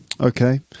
okay